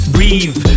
Breathe